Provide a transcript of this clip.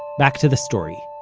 back to the story.